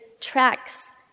tracks